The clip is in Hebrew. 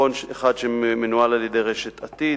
תיכון אחד שמנוהל על-ידי רשת "עתיד",